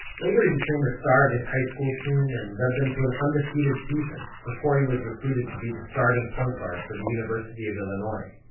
later he became the star of his high-school team, and led them to an undefeated season, before he was recruited to be the starting point guard for the university of illinois.